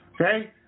Okay